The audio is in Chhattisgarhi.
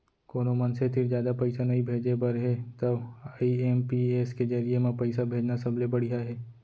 कोनो मनसे तीर जादा पइसा नइ भेजे बर हे तव आई.एम.पी.एस के जरिये म पइसा भेजना सबले बड़िहा हे